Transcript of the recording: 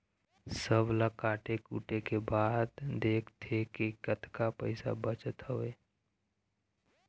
सब ल काटे कुटे के बाद देखथे के कतका पइसा बचत हवय